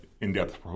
in-depth